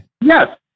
yes